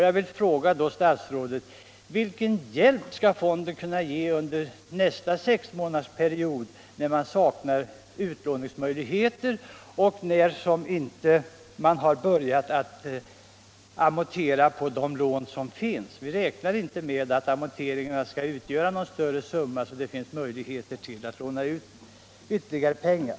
Jag vill då fråga statsrådet: Vilken hjälp skall fonden kunna ge under nästa sexmånadersperiod när man saknar utlåningsmöjligheter och när man inte har börjat att amortera på de lån som finns? Vi räknar inte med att amorteringarna skall utgöra någon större summa så att det finns möjligheter till att låna ut ytterligare pengar.